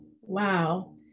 Wow